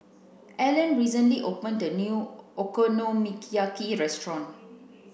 Hellen recently opened a new Okonomiyaki restaurant